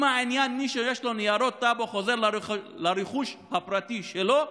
אם העניין הוא שמי שיש לו ניירות טאבו חוזר לרכוש הפרטי שלו,